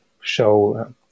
show